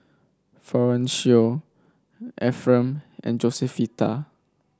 Florencio Efrem and Josefita